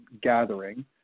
gathering